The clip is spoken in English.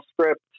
script